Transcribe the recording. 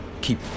keep